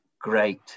great